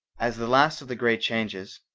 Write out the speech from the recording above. as the last of the great changes,